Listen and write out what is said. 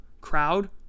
crowd